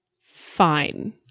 fine